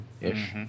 ish